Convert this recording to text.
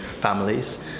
families